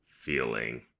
feeling